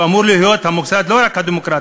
שאמור להיות המוסד לא רק הדמוקרטי,